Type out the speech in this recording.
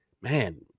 man